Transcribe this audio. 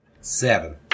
Seven